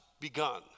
begun